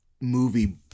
movie